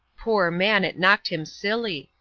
poor man, it knocked him silly,